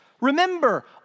Remember